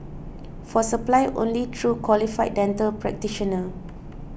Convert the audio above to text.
for supply only through qualified dental practitioner